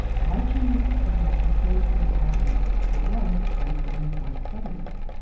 why change a system that historically had, and still was benefiting white southerners?